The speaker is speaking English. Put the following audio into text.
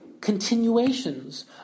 continuations